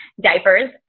diapers